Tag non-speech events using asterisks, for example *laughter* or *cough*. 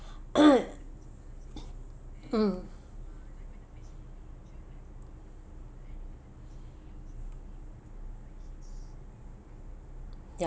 *coughs* mm ya